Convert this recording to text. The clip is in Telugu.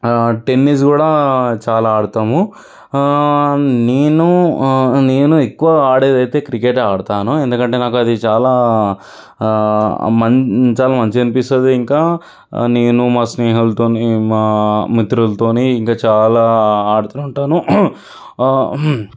ఆ టెన్నిస్ కూడా చాలా ఆడతాము నేను నేను ఎక్కువ ఆడేది అయితే క్రికెటే ఆడతాను ఎందుకంటే నాకు అది చాలా మంచి చాలా మంచిగా అనిపిస్తుంది ఇంకా నేను మా స్నేహితులతోని మా మిత్రులతోని ఇంకా చాలా ఆడుతూ ఉంటాను